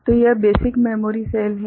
तो यह basic memory cell है